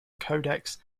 codex